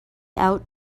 out